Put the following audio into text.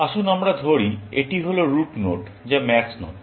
আসুন আমরা ধরি এটি হল রুট নোড যা ম্যাক্স নোড